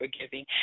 forgiving